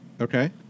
Okay